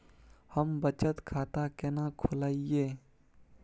हम बचत खाता केना खोलइयै?